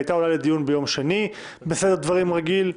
והיא הייתה עולה לדיון ביום שני בסדר דברים רגיל.